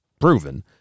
proven